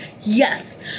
yes